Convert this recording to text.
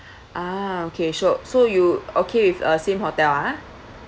a'ah okay sure so you okay with uh same hotel ha